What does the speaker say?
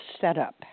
setup